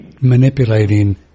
manipulating